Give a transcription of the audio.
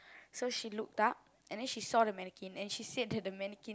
so she looked up and then she saw the mannequin and she said that the mannequin